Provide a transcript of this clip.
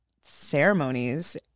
ceremonies